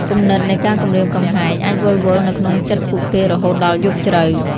គំនិតនៃការគំរាមកំហែងអាចវិលវល់នៅក្នុងចិត្តពួកគេរហូតដល់យប់ជ្រៅ។